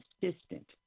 consistent